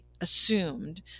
assumed